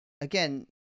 again